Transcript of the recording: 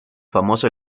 famoso